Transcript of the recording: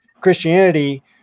Christianity